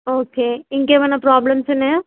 okay ఇంకేమైనా problems ఉన్నాయా